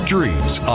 Dreams